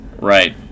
Right